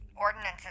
ordinances